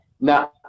Now